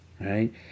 right